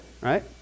right